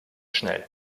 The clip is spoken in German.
schnell